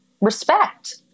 respect